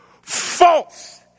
False